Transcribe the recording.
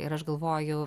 ir aš galvoju